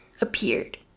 appeared